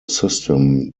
system